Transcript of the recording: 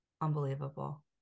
unbelievable